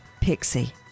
Pixie